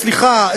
סליחה,